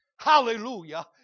Hallelujah